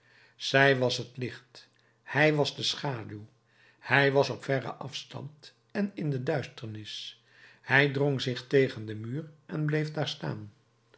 zij was het licht hij was de schaduw hij was op verren afstand en in de duisternis hij drong zich tegen den muur en bleef daar staan